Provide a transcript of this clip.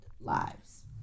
lives